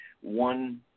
one